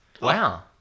Wow